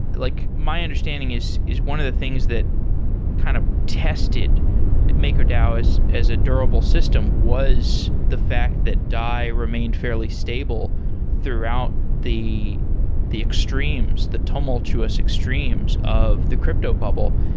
like my understanding is is one of the things that kind of tested makerdao as a durable system, was the fact that dai remained fairly stable throughout the the extremes, the tumultuous extremes of the crypto bubble.